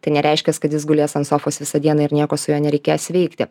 tai nereiškias kad jis gulės ant sofos visą dieną ir nieko su ja nereikės veikti